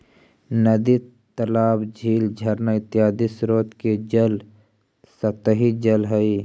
नदी तालाब, झील झरना इत्यादि स्रोत के जल सतही जल हई